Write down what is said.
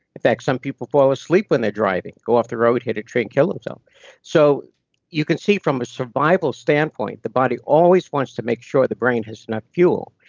in fact, some people fall asleep when they're driving, go off the road, hit a tree and kill them self so you can see from a survival standpoint, the body always wants to make sure the brain has enough fuel.